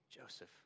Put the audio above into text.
Joseph